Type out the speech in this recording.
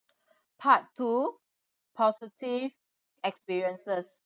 part two positive experiences